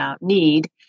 need